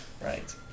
Right